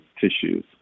tissues